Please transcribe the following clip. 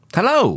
Hello